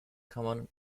common